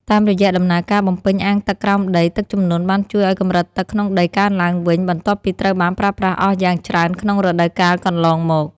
តាមរយៈដំណើរការបំពេញអាងទឹកក្រោមដី ទឹកជំនន់បានជួយឱ្យកម្រិតទឹកក្នុងដីកើនឡើងវិញ បន្ទាប់ពីត្រូវបានប្រើប្រាស់អស់យ៉ាងច្រើនក្នុងរដូវកាលកន្លងមក។